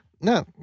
no